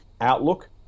outlook